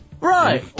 Right